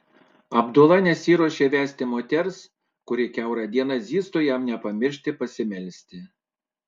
abdula nesiruošė vesti moters kuri kiaurą dieną zyztų jam nepamiršti pasimelsti